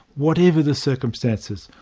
whatever the circumstances,